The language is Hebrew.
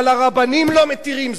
אבל הרבנים לא מתירים זאת,